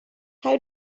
how